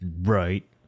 Right